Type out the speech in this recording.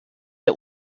der